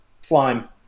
slime